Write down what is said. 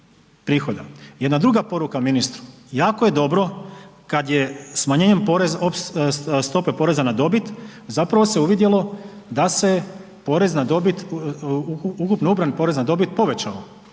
Jedna druga poruka ministru, jako je dobro kada je smanjenjem stope poreza na dobit zapravo se uvidjelo da se ukupno ubran porez na dobit povećao,